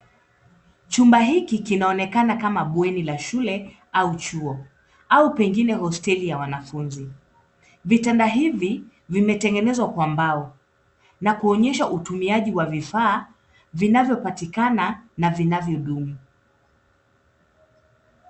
Chumba hiki kinaonekana kama bweni la shule au chuo au pengine hosteli ya wanafunzi. Vitanda hivi vimetengenezwa kwa mbao na kuonyesha utumiaji wa vifaa vinavyopatikana na vinavyodumu.